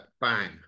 Bang